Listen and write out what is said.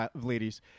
ladies